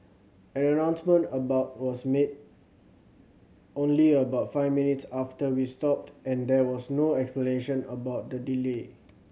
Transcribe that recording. an announcement about was made only about five minutes after we stopped and there was no explanation about the delay